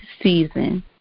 season